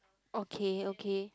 okay okay